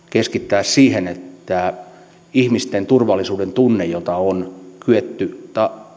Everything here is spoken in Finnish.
keskittää siihen että ihmisten turvallisuudentunnetta on kyetty